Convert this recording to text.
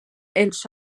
els